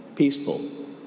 peaceful